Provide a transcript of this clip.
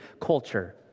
culture